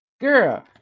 girl